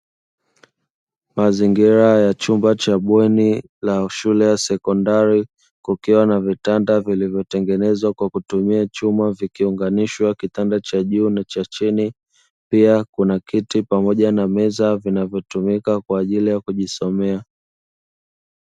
Mazingira ya chumba cha bweni la shule ya sekondari kukiwa na vitanda vilivyotengenezwa kwa kutumia chuma vikiunganishwa kitanda cha juu na cha chini, pia kuna kiti pamoja na meza vinavyotumika kwa ajili ya kujisomea.